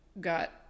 Got